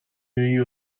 you